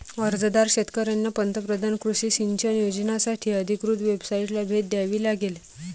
अर्जदार शेतकऱ्यांना पंतप्रधान कृषी सिंचन योजनासाठी अधिकृत वेबसाइटला भेट द्यावी लागेल